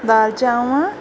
दालि चांवरु